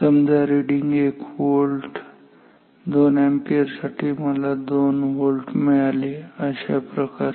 समजा रिडिंग एक व्होल्ट दोन अॅम्पियर साठी मला दोन व्होल्ट मिळाले आणि अशाप्रकारे